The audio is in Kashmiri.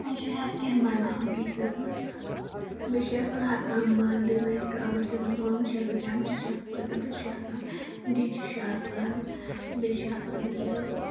آز چھُ ہر کیٚنٛہہ بَناوان کِچنس منٛز بیٚیہِ چھُ آسان ہر کانٛہہ بانہٕ ڈیزَین کَور چھُ آسان ڈونٛگہٕ چھِ آسان چَمچہِ چھِ آسان پٔتلہٕ چھُ آسان دیچہِ چھُ آسان بیٚیہِ چھُ آسان یہِ